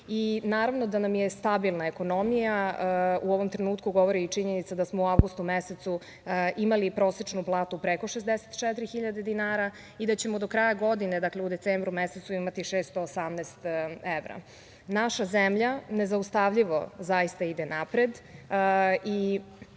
trenutku. Naravno da nam je stabilna ekonomija u ovom trenutku govori i činjenica da smo u avgustu mesecu imali prosečnu platu preko 64 hiljade dinara i da ćemo do kraja godine u decembru mesecu imati 618 evra. Naša zemlja nezaustavljivo zaista ide napred i